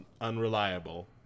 unreliable